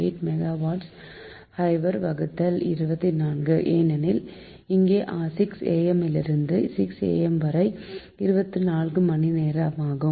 8 megawatt hour வகுத்தல் 24 ஏனெனில் இங்கே 6 am லிருந்து 6 am வரை 24 மணி நேரமாகும்